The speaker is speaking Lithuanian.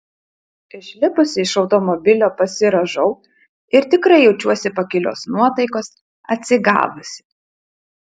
išlipusi iš automobilio pasirąžau ir tikrai jaučiuosi pakilios nuotaikos atsigavusi